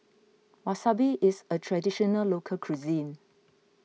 Wasabi is a Traditional Local Cuisine